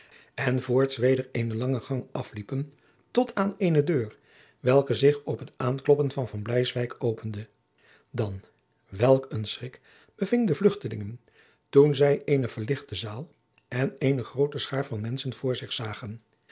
en voorts weder eene lange gang afliepen tot aan eene deur welke zich op het aankloppen van van bleiswyk opende dan welk een schrik beving de vluchtelingen toen zij eene verlichte zaal en eene groote schaar van menschen voor zich zagen